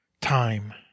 time